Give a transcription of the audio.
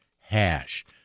hash